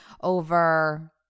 over